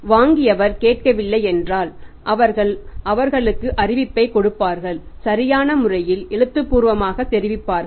வாங்கியவர் கேட்கவில்லை என்றால் அவர்கள் அவர்களுக்கு அறிவிப்பைக் கொடுப்பார்கள் சரியான முறையில் எழுத்துப்பூர்வமாகத் தெரிவிப்பார்கள்